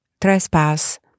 trespass